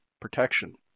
protection